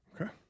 Okay